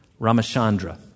Ramachandra